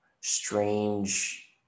strange